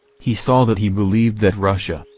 he saw that he believed that russia,